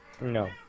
No